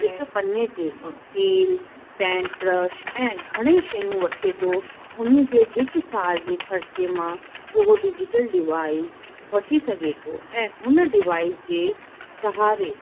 हिक पने ते तेल पैंट ब्रश ऐं घणई शयूं वठे थो उन जे हिकु साल जे ख़र्चे मां उहो डिजीटल डिवाईस वठी सघे थो ऐं हुन डिवाईस जे सहारे